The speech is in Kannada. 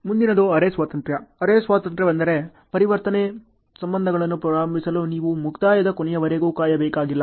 ಮುಂದಿನದು ಅರೆ ಸ್ವತಂತ್ರ ಅರೆ ಸ್ವತಂತ್ರವೆಂದರೆ ಪರಿವರ್ತನೆ ಸಂಬಂಧವನ್ನು ಪ್ರಾರಂಭಿಸಲು ನೀವು ಮುಕ್ತಾಯದ ಕೊನೆಯವರೆಗೂ ಕಾಯಬೇಕಾಗಿಲ್ಲ